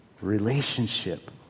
Relationship